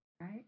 right